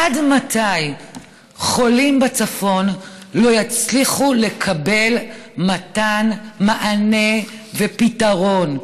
עד מתי חולים בצפון לא יצליחו לקבל מענה ופתרון?